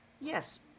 Yes